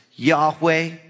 Yahweh